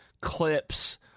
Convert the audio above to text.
clips